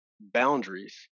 boundaries